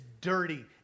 dirty